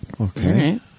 Okay